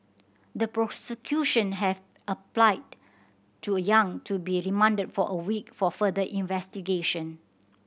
the prosecution have applied to Yang to be remanded for a week for further investigation